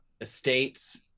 estates